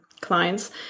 clients